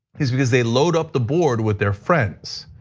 is because they load up the board with their friends.